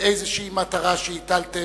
באיזושהי מטרה שהצבתם,